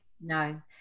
No